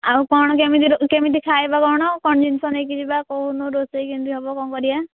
ଆଉ କ'ଣ କେମିତି କେମିତି ଖାଇବା କ'ଣ କ'ଣ ଜିନିଷ ନେଇକି ଯିବା କହୁନୁ ରୋଷେଇ କେମିତି ହେବ କ'ଣ କରିବା